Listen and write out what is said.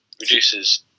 reduces